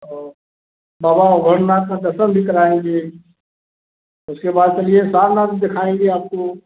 और बाबा वर्णनाथ का दर्शन भी कराएँगे उसके बाद चलिए सारनाथ भी दिखाएँगे आपको